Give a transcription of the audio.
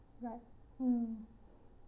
right mm